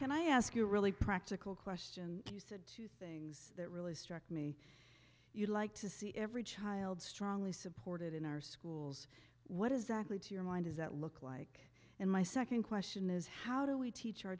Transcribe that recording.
can i ask you a really practical question you said two things that really struck me you'd like to see every child strongly supported in our schools what does that lead to your mind is that look like and my nd question is how do we teach our